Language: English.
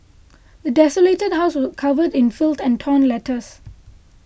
the desolated house was covered in filth and torn letters